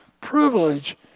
privilege